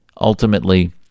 ultimately